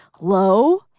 low